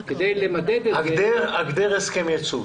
הגדר הסכם ייצוב.